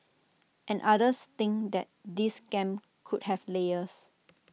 and others think that this scam could have layers